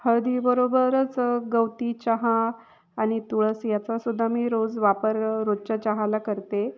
हळदीबरोबरच गवती चहा आणि तुळस याचा सुद्धा मी रोज वापर रोजच्या चहाला करते